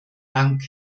dank